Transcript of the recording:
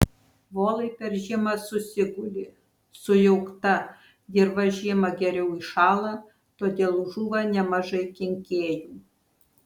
volai per žiemą susiguli sujaukta dirva žiemą geriau įšąla todėl žūva nemažai kenkėjų